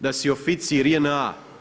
Da si oficir JNA.